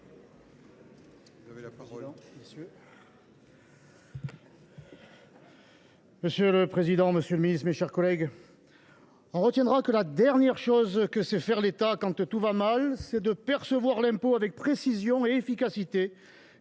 Monsieur le président, messieurs les ministres, mes chers collègues, on retiendra que la dernière chose que sait faire l’État quand tout va mal, c’est de percevoir l’impôt avec précision et efficacité,